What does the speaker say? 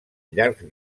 llargs